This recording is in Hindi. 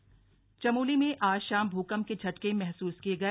भुकंप चमोली चमोली में आज शाम भूकंप के झटके महसूस किये गए